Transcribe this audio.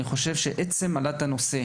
עצם העלאת הנושא